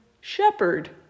shepherd